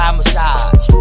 massage